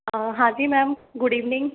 हाँ जी ma'am good evening